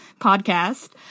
podcast